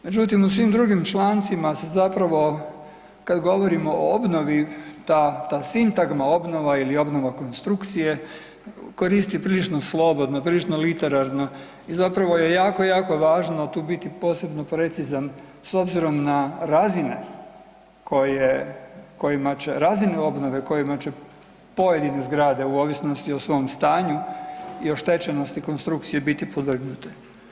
Međutim u svim drugim člancima se zapravo kad govorimo o obnovi, ta sintagma obnova ili obnova konstrukcije koristi prilično slobodno, prilično literarno i zapravo je jako, jako važno tu biti posebno precizan s obzirom na razine koje, kojima će, razine obnove kojima će pojedine zgrade u ovisnosti o svom stanju i oštećenosti konstrukcije biti podvrgnute.